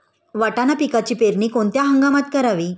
वाटाणा पिकाची पेरणी कोणत्या हंगामात करावी?